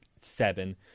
seven